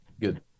good